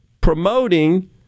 promoting